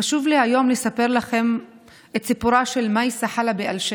חשוב לי היום לספר לכם את סיפורה של מייסה חלבי אלשיך.